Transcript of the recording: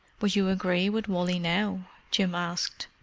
but you agree with wally, now? jim asked.